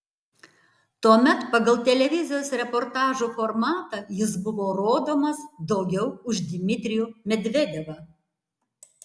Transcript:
tuomet pagal televizijos reportažų formatą jis buvo rodomas daugiau už dmitrijų medvedevą